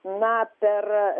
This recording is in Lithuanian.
na per